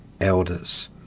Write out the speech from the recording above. elders